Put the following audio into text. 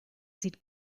sieht